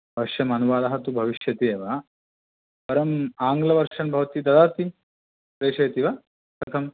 अवश्यम् अनुवादः तु भविष्यति एव परम् आङ्ग्ल वर्षन् भवती ददाति प्रेषयति वा कथं